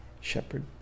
shepherd